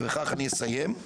ובכך אני אסיים,